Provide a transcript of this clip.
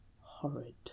horrid